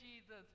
Jesus